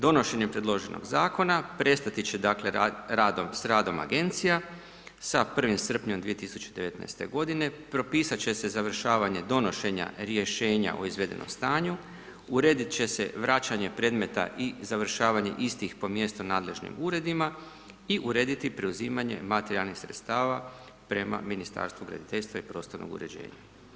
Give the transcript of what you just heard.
Donošenje predloženog Zakona prestati će, dakle, s radom Agencija sa 1. srpnjem 2019.-te godine, propisat će se završavanje donošenja rješenja o izvedenom stanju, uredit će se vraćanje predmeta i vraćanje završavanje istih po mjesno nadležnim uredima i urediti preuzimanje materijalnih sredstava prema Ministarstvu graditeljstva i prostornog uređenja.